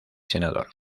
senador